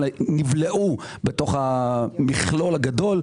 אלא נבלעו במכלול הגדול,